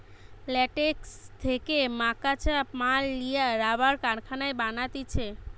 latex থেকে মকাঁচা মাল লিয়া রাবার কারখানায় বানাতিছে